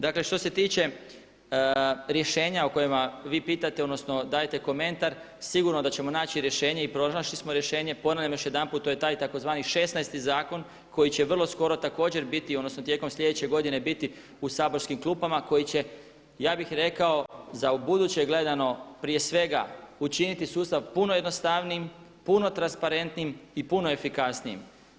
Dakle što se tiče rješenja o kojima vi pitate, odnosno dajete komentar sigurno da ćemo naći rješenje i pronašli smo rješenje, ponavljam još jedanput to je taj tzv. 16.-ti zakon koji će vrlo skoro također biti, odnosno tijekom sljedeće godine biti u saborskim klupama koji će, ja bih rekao za ubuduće gledano prije svega učiniti sustav puno jednostavnijim, puno transparentnijim i puno efikasnijim.